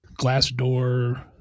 Glassdoor